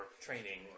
training